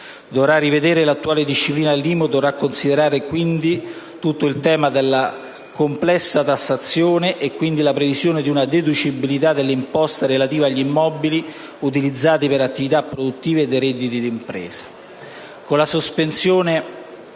dovrà rivedere l'attuale disciplina dell'IMU e si dovrà considerare tutto il tema della complessa tassazione e quindi la previsione della deducibilità dell'imposta relativa agli immobili utilizzati per attività produttive dai redditi di impresa.